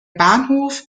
bahnhof